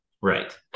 Right